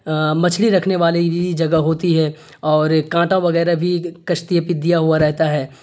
مچھلی رکھنے والی جگہ ہوتی ہے اور ایک کانٹا وغیرہ بھی کشتی پہ دیا ہوا رہتا ہے